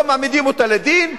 לא מעמידים אותה לדין.